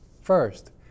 first